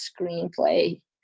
screenplay